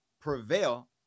prevail